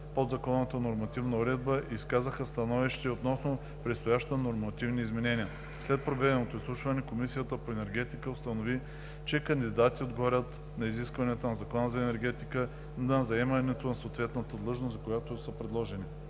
подзаконовата нормативна уредба и изказаха становище относно предстоящи нормативни изменения. След проведеното изслушване Комисията по енергетика установи, че кандидатите отговарят на изискванията на Закона за енергетиката за заемане на съответната длъжност, за която са предложени.